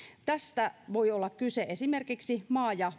tästä voi olla kyse esimerkiksi maa ja puutarhatilatalouden